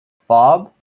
FOB